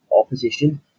opposition